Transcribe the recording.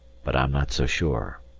but i'm not so sure.